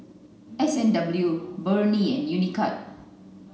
S and W Burnie and Unicurd